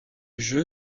jeu